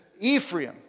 Ephraim